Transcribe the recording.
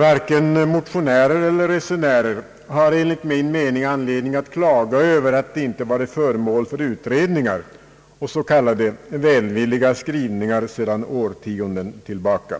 Varken motionärer eller resenärer har enligt min mening anledning att klaga över att de inte varit föremål för utredningar och s.k. välvilliga skrivningar sedan årtionden tillbaka.